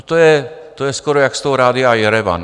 To je skoro jak z toho rádia Jerevan.